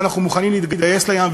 ואנחנו מוכנים להתגייס לעניין,